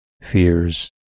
fears